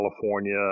California